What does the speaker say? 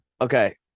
Okay